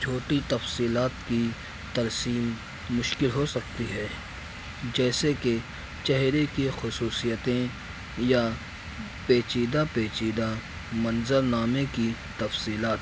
چھوٹی تفصیلات کی ترسیم مشکل ہو سکتی ہے جیسے کہ چہرے کی خصوصیتیں یا پیچیدہ پیچیدہ منظر نامے کی تفصیلات